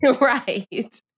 Right